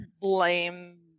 blame